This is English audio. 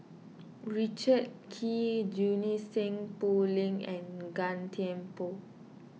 Richard Kee Junie Sng Poh Leng and Gan Thiam Poh